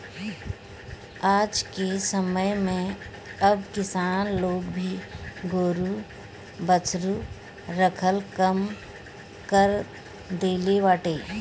आजके समय में अब किसान लोग भी गोरु बछरू रखल कम कर देले बाटे